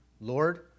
Lord